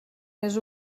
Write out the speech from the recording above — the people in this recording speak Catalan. més